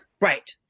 Right